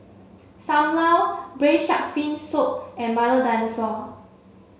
Sam Lau braised shark fin soup and Milo Dinosaur